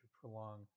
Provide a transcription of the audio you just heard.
prolong